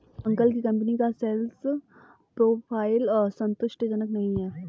uncle की company का sales profile संतुष्टिजनक नही है